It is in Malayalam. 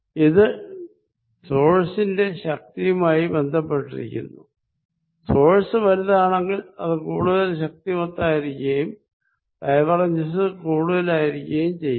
ഇത് സോഴ്സിന്റെന്റെ ശക്തിയുമായി ബന്ധപ്പെട്ടിരിക്കുന്നു സോഴ്സ് വലുതാണെങ്കിൽ അത് കൂടുതൽ ശക്തിമത്തായിരിക്കുകയും ഡൈവർജൻസ് കൂടുതലായിരിക്കുകയും ചെയ്യും